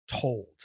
told